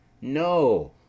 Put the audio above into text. No